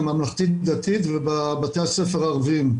הממלכתית דתית ובבתי הספר הערביים,